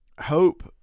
hope